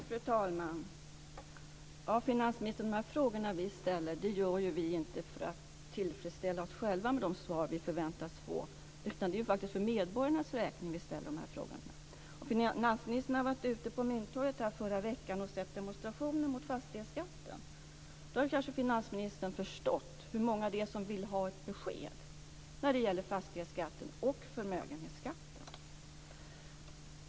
Fru talman! De frågor vi ställer till finansministern ställer vi inte för att tillfredsställa oss själva med de svar vi förväntar oss att få, utan det är för medborgarnas räkning vi ställer dem. Om finansministern hade varit ute på Mynttorget förra veckan och sett demonstrationen mot fastighetsskatten hade han kanske förstått hur många det är som vill ha ett besked när det gäller fastighetsskatten och förmögenhetsskatten.